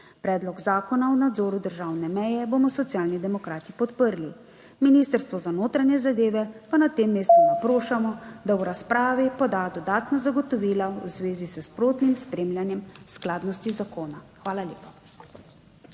Predlog zakona o nadzoru državne meje bomo Socialni demokrati podprli, Ministrstvo za notranje zadeve pa na tem mestu naprošamo, da v razpravi poda dodatna zagotovila v zvezi s sprotnim spremljanjem skladnosti zakona. Hvala lepa.